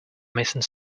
missing